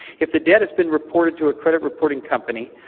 if the debt has been reported to a credit reporting company,